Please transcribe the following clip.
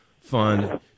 fund